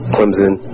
Clemson